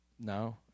No